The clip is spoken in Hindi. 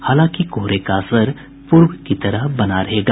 हालांकि कोहरे का असर पूर्व की तरह बना रहेगा